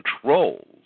controls